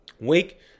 wake